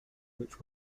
which